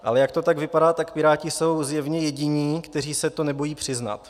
Ale jak to tak vypadá, Piráti jsou zjevně jediní, kteří se to nebojí přiznat.